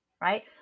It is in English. right